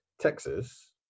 Texas